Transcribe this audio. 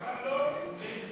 כמה שאתה רוצה, אבל לא פטורים.